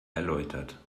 erläutert